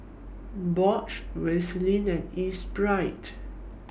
Bosch Vaseline and Espirit